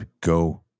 go